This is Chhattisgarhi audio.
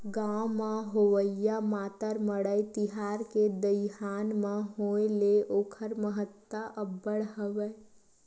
गाँव म होवइया मातर मड़ई तिहार के दईहान म होय ले ओखर महत्ता अब्बड़ हवय